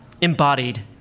embodied